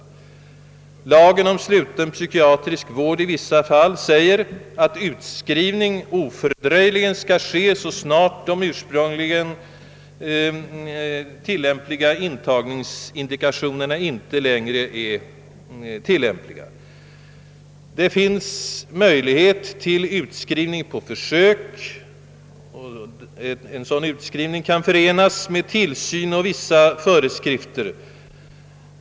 I lagen om sluten psykiatrisk vård i vissa fall sägs att utskrivning ofördröjligen skall ske så snart de ursprungligen tillämpliga intagningsindikationerna inte längre kan åberopas. Det finns möjlighet till utskrivning på försök. En så dan utskrivning kan förenas med tillsyn och vissa föreskrifter.